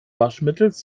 waschmittels